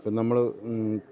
ഇപ്പം നമ്മൾ